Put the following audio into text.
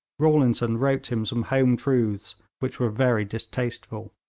rawlinson wrote him some home truths which were very distasteful.